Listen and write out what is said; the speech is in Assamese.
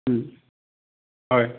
হয়